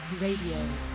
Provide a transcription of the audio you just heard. Radio